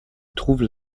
trouvent